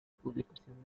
publicación